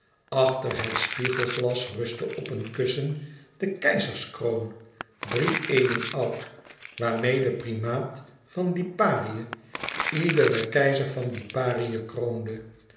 achter het spiegelglas rustte op een kussen de keizerskroon drie eeuwen oud waarmeê de primaat van liparië iederen keizer van liparië kroonde